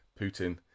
Putin